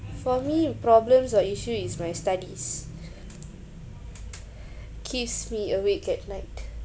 for me problems or issue is my studies keeps me awake at night